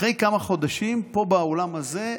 אחרי כמה חודשים, פה באולם הזה,